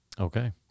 Okay